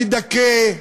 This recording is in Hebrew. המדכא,